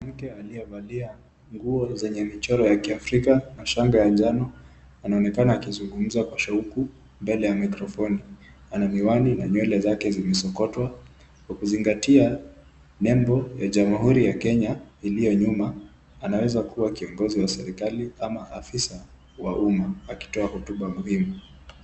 Mke aliyevalia nguo zenye michoro ya kiafrika na shanga ya njano, anaonekana akizungumza kwa shauku mbele ya microphone . Ana miwani na nywele zake zimesokotwa. Kwa kuzingatia nembo ya jamhuri ya Kenya liliyo nyuma, anaweza kuwa kiongozi wa serikali ama afisa wa uma akitoa hotuba muhimu.